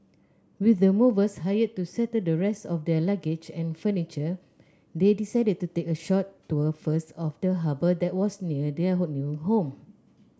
with the movers hired to settle the rest of their luggage and furniture they decided to take a short tour first of the near their new home